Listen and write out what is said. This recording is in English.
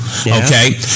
Okay